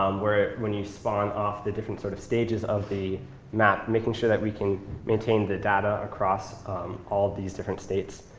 um where when you spawn off the different sort of stages of the map, making sure that we can maintain the data across all these different states,